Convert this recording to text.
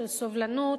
סובלנות,